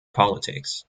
politics